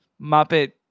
Muppet